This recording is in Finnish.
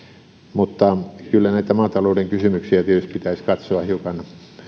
mutta kyllä näitä maatalouden kysymyksiä tietysti pitäisi katsoa hiukan